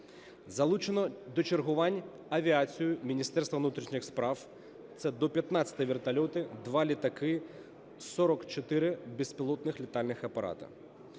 Залучено до чергувань авіацію Міністерства внутрішніх справ – це до 15 вертольотів, 2 літаки, 44 безпілотних літальних апарати.